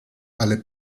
alle